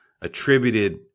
attributed